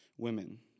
Women